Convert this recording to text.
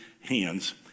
hands